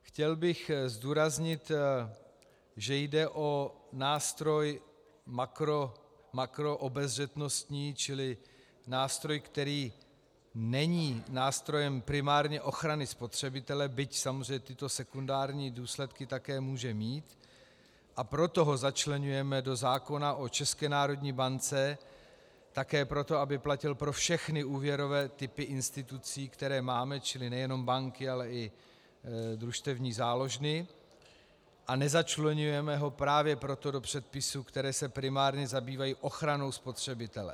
Chtěl bych zdůraznit, že jde o nástroj makroobezřetnostní, čili nástroj, který není nástrojem primárně ochrany spotřebitele, byť samozřejmě tyto sekundární důsledky také může mít, a proto ho začleňujeme do zákona o České národní bance, také proto, aby platil pro všechny úvěrové typy institucí, které máme, čili nejenom banky, ale i družstevní záložny, a nezačleňujeme ho právě proto do předpisů, které se primárně zabývají ochranou spotřebitele.